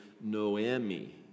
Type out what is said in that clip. Noemi